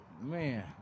Man